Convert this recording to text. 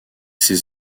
ses